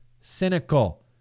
Cynical